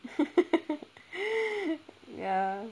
ya